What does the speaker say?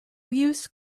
use